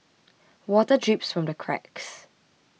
water drips from the cracks